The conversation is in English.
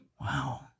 Wow